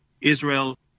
Israel